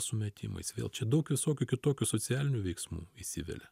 sumetimais vėl čia daug visokių kitokių socialinių veiksmų įsivelia